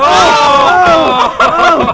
oh